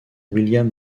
william